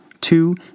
Two